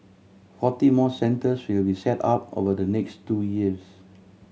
forty more centres will be set up over the next two years